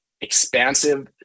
expansive